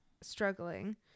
struggling